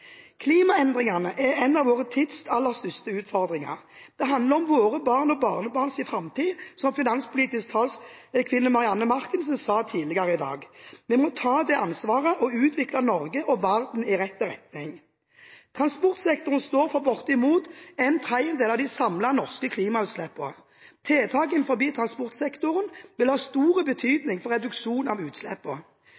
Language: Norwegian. Klimaendringene er en av vår tids aller største utfordringer. Det handler om våre barn og barnebarns framtid, som finanspolitisk talskvinne Marianne Marthinsen sa tidligere i dag. Vi må ta det ansvaret og utvikle Norge og verden i rett retning. Transportsektoren står for bortimot en tredjedel av de samlede norske klimautslippene. Tiltak innenfor transportsektoren vil ha stor